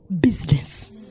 business